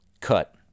Cut